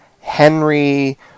Henry